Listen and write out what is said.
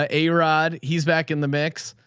ah a rod he's back in the mix,